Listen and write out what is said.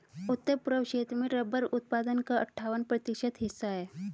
उत्तर पूर्व क्षेत्र में रबर उत्पादन का अठ्ठावन प्रतिशत हिस्सा है